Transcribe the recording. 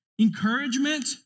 encouragement